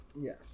Yes